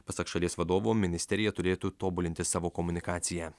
pasak šalies vadovo ministerija turėtų tobulinti savo komunikaciją